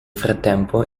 frattempo